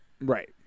right